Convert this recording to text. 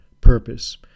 purpose